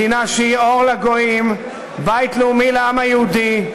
מדינה שהיא אור לגויים, בית לאומי לעם היהודי,